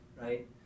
right